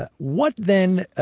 ah what, then,